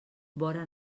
vora